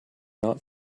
not